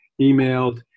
emailed